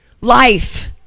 Life